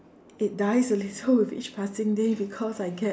it dies a little with each passing day because I get